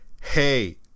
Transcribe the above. Hey